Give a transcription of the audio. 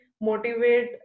motivate